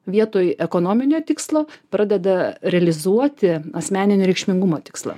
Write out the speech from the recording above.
vietoj ekonominio tikslo pradeda realizuoti asmeninio reikšmingumo tikslą